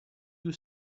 you